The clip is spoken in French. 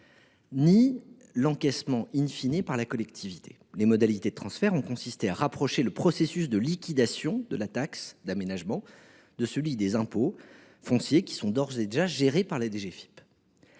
ni l’encaissement par la collectivité. Les modalités de transfert ont consisté à rapprocher le processus de liquidation de la taxe d’aménagement de celui des impôts fonciers, qui sont d’ores et déjà gérés par la DGFiP.